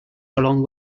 along